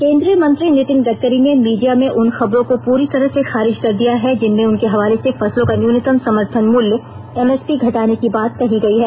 केंद्रीय मंत्री नितिन गडकरी ने मीडिया में उन खबरों को पूरी तरह से खारिज कर दिया है जिनमें उनके हवाले से फसलों का न्यूनतम समर्थन मूल्य एम एस पी घटाने की बात कही गई है